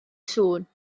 sŵn